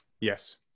yes